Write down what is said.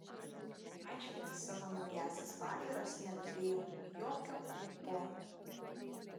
aiškinti savo naująsias pažiūras neturėjau jokio ūpo